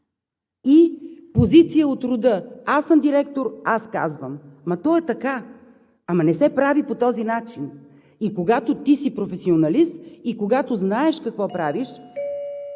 и позиция от рода: аз съм директор, аз казвам. Ама то е така, но не се прави по този начин. И когато ти си професионалист, и когато знаеш какво правиш